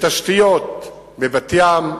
בתשתיות בבת-ים,